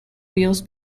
wheels